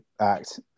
act